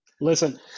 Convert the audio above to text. Listen